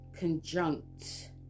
conjunct